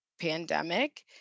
pandemic